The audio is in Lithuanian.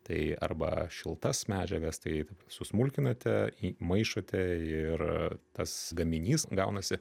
tai arba šiltas medžiagas tai susmulkinate įmaišote ir tas gaminys gaunasi